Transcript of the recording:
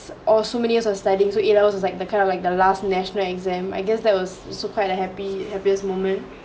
or so many years of studying so A levels is like the kind of like the last national exam I guess that was also quiet a happy happiest moment